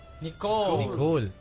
Nicole